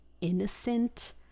innocent